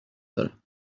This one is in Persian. دارم